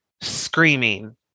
screaming